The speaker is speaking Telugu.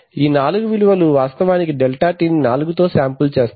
ఈ నాలుగు విలువలు వాస్తవానికి డెల్టా T ని నాలుగు తో సాంపుల్ చేస్తాయి